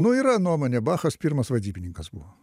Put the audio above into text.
nu yra nuomonė bachas pirmas vadybininkas buvo